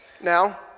Now